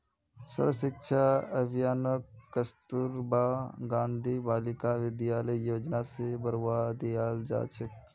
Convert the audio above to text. सर्व शिक्षा अभियानक कस्तूरबा गांधी बालिका विद्यालय योजना स बढ़वा दियाल जा छेक